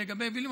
לגבי היבילים,